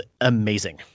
amazing